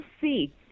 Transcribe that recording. see